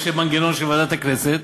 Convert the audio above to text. יש מנגנון של ועדת הכנסת.